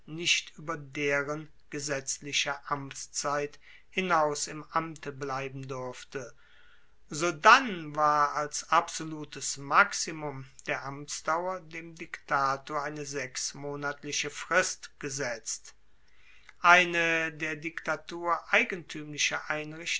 nicht ueber deren gesetzliche amtszeit hinaus im amte bleiben durfte sodann war als absolutes maximum der amtsdauer dem diktator eine sechsmonatliche frist gesetzt eine der diktatur eigentuemliche